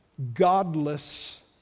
Godless